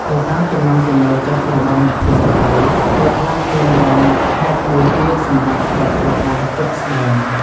ទៅតាមចំណង់ចំណូលចិត្តរបស់អ្នកផ្លុំខ្លុយ ខ្លុយខ្លះមានរន្ធហែបមួយទៀតសម្រាប់បិទក្រដាសជក់ស្តើង។